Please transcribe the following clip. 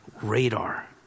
radar